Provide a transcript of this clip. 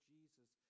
Jesus